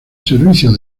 servicios